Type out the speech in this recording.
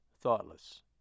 thoughtless